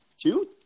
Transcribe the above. Two